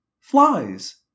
Flies